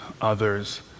others